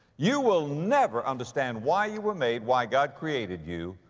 you will never understand why you were made, why god created you,